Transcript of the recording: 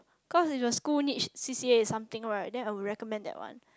cause if the school niche C_C_A in something right then I will recommend that one